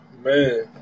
man